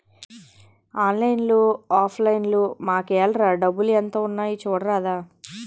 ఆన్లైన్లో offline మాకేఏల్రా డబ్బులు ఎంత ఉన్నాయి చూడరాదా